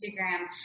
Instagram